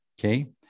Okay